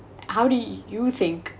how do you think